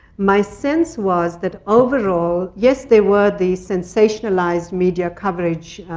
my sense was that, overall yes, there were the sensationalized media coverage,